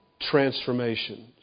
transformation